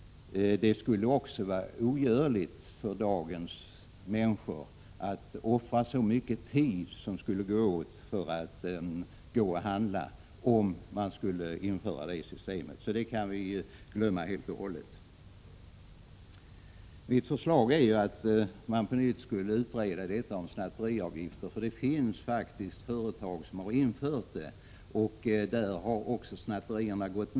Det skulle vara ogörligt för dagens människor att offra så mycket tid som skulle gå åt för att gå och handla om man skulle införa ett sådant system. Så det kan vi glömma helt och hållet. Mitt förslag är att man ånyo utreder förslaget om snatteriavgifter. Det finns faktiskt företag som har infört det, och där har snatterierna minskat.